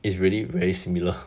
is really very similar